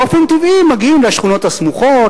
באופן טבעי מגיעים לשכונות הסמוכות,